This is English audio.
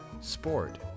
sport